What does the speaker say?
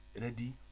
ready